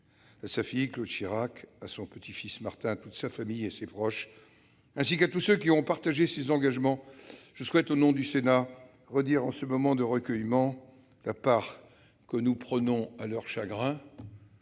à sa fille, Claude Chirac, à son petit-fils, Martin, à toute sa famille et à ses proches, ainsi qu'à tous ceux qui ont partagé ses engagements, je renouvelle, au nom du Sénat, l'expression de la part que nous prenons à leur chagrin.